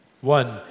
One